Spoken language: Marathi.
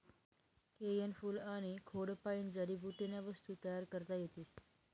केयनं फूल आनी खोडपायीन जडीबुटीन्या वस्तू तयार करता येतीस